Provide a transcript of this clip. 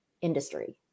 industry